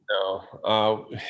No